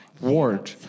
ward